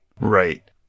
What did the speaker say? Right